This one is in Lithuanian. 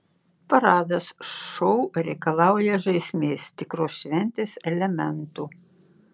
paradas šou reikalauja žaismės tikros šventės elementų